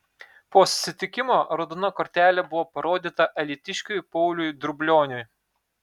po susitikimo raudona kortelė buvo parodyta alytiškiui pauliui drublioniui